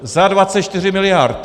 Za 24 miliard.